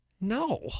no